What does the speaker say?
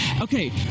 Okay